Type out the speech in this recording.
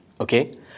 okay